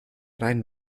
rein